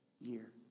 year